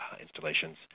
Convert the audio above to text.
installations